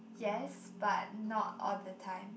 yes but not all the time